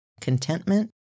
contentment